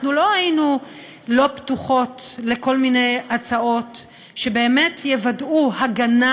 אנחנו לא היינו לא פתוחות לכל מיני הצעות שבאמת יוודאו הגנה